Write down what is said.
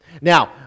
Now